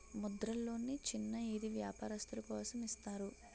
ముద్ర లోన్లు చిన్న ఈది వ్యాపారస్తులు కోసం ఇస్తారు